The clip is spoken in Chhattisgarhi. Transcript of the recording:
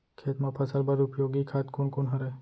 खेत म फसल बर उपयोगी खाद कोन कोन हरय?